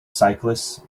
cyclists